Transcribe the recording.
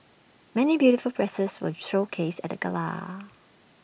many beautiful presses were showcased at the gala